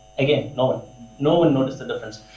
again, no one no one noticed a difference.